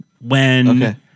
when-